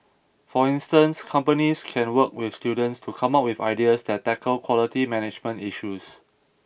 for instance companies can work with students to come up with ideas that tackle quality management issues